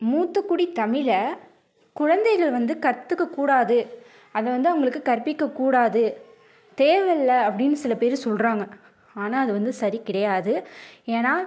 மூத்தக்குடி தமிழை குழந்தைகள் வந்து கற்றுக்கக்கூடாது அதை வந்து அவங்களுக்கு கற்பிக்கக்கூடாது தேவைல்ல அப்படினு சில பேர் சொல்கிறாங்க ஆனால் அது வந்து சரி கிடையாது ஏன்னா